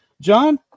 John